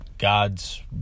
God's